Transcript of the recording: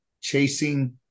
chasing